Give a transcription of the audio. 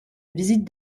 visite